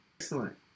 Excellent